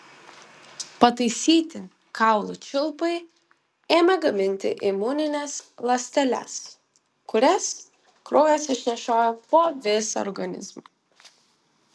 pataisyti kaulų čiulpai ėmė gaminti imunines ląsteles kurias kraujas išnešiojo po visą organizmą